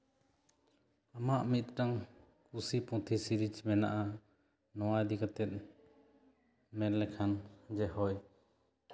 ᱟᱢᱟᱜ ᱢᱤᱫᱴᱟᱱ ᱠᱩᱥᱤ ᱯᱩᱛᱷᱤ ᱥᱤᱨᱤᱡ ᱢᱮᱱᱟᱜᱼᱟ ᱱᱚᱣᱟ ᱤᱫᱤ ᱠᱟᱛᱮᱫ ᱢᱮᱱᱞᱮᱠᱷᱟᱱ ᱡᱮ ᱦᱳᱭ